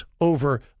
over